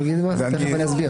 תיכף אני אסביר.